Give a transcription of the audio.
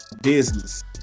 business